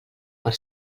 per